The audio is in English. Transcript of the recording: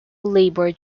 labor